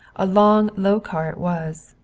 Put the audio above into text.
a long low car it was,